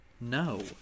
no